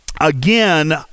Again